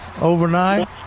overnight